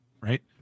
Right